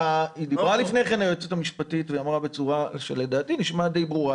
דיברה לפני כן היועצת המשפטית והיא אמרה בצורה שלדעתי נשמעה די ברורה.